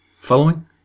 Following